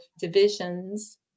divisions